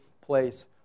place